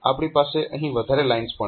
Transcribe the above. આપણી પાસે અહીં વધારે લાઇન્સ પણ છે